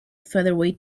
featherweight